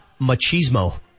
machismo